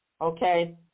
Okay